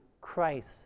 Christ